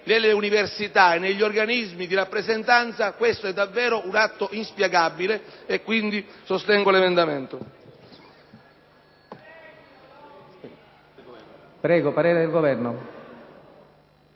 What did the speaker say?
nelle università e negli organismi di rappresentanza, questo è davvero un atto inspiegabile e quindi preannuncio